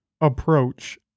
approach